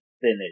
finish